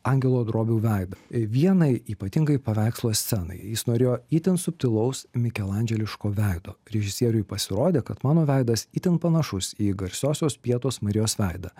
angelo drobių veida vienai ypatingai paveikslo scenai jis norėjo itin subtilaus mikelandželiško veido režisieriui pasirodė kad mano veidas itin panašus į garsiosios pietos marijos veidą